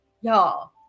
y'all